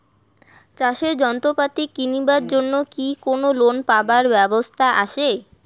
চাষের যন্ত্রপাতি কিনিবার জন্য কি কোনো লোন পাবার ব্যবস্থা আসে?